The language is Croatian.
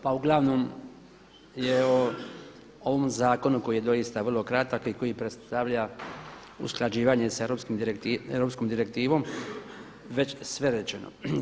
Pa uglavnom je u ovom zakonu koji je doista vrlo kratak i koji predstavlja usklađivanje s europskom direktivom već sve rečeno.